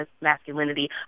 masculinity